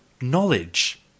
knowledge